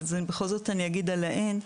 אבל בכל זאת אני אגיד על האין.